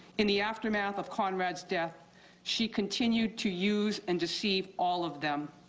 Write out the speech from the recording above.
in the aftermath of conrad's death she continued to use and deceive all of them